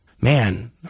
Man